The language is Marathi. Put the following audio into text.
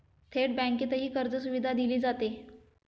थेट बँकेतही कर्जसुविधा दिली जाते